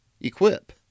Equip